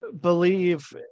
believe